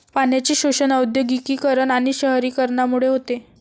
पाण्याचे शोषण औद्योगिकीकरण आणि शहरीकरणामुळे होते